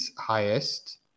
highest